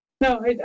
No